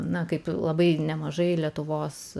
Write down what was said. na kaip labai nemažai lietuvos